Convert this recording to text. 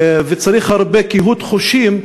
וצריך הרבה קהות חושים,